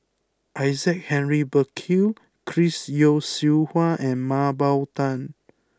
Isaac Henry Burkill Chris Yeo Siew Hua and Mah Bow Tan